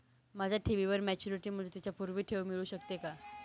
माझ्या ठेवीवर मॅच्युरिटी मुदतीच्या पूर्वी ठेव मिळू शकते का?